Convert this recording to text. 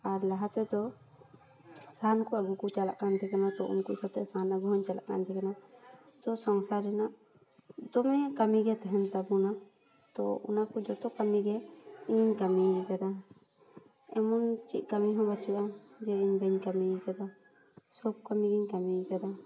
ᱟᱨ ᱞᱟᱦᱟ ᱛᱮᱫᱚ ᱥᱟᱦᱟᱱ ᱠᱚ ᱟᱹᱜᱩ ᱠᱚ ᱪᱟᱞᱟᱜ ᱠᱟᱱ ᱛᱟᱦᱮᱸ ᱠᱟᱱᱟ ᱛᱳ ᱩᱱᱠᱩ ᱥᱚᱛᱮ ᱥᱟᱦᱟᱱ ᱠᱩ ᱟᱹᱜᱩ ᱦᱚᱧ ᱪᱟᱞᱟ ᱠᱟᱱ ᱛᱟᱸᱦᱮ ᱠᱟᱱᱟ ᱛᱳ ᱥᱚᱝᱥᱟᱨ ᱨᱮᱱᱟ ᱫᱚᱢᱮ ᱠᱟᱹᱢᱤ ᱜᱮ ᱛᱟᱦᱮᱱ ᱛᱟᱵᱚᱱᱟ ᱛᱳ ᱚᱱᱟᱠᱚ ᱡᱚᱛᱚ ᱠᱟᱹᱢᱤ ᱜᱮ ᱤᱧᱤᱧ ᱠᱟᱹᱢᱤ ᱟᱠᱟᱫᱟ ᱮᱢᱚᱱ ᱪᱮᱫ ᱠᱟᱹᱢᱤ ᱦᱚ ᱵᱟᱹᱪᱩ ᱟ ᱡᱮ ᱤᱧ ᱵᱟᱹᱧ ᱠᱟᱹᱢᱤ ᱟᱠᱟᱫᱟ ᱥᱳᱵ ᱠᱟᱹᱢᱤ ᱜᱮᱧ ᱠᱟᱹᱢᱤ ᱟᱠᱟᱫᱟ